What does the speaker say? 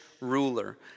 ruler